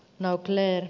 nauplee